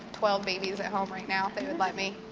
twelve babies at home right now if they would let me.